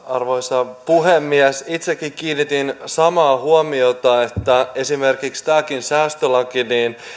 arvoisa puhemies itsekin kiinnitin samaan huomiota että esimerkiksi tämäkään säästölaki